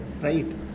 right